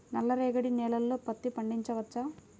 నల్ల రేగడి నేలలో పత్తి పండించవచ్చా?